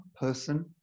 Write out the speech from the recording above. person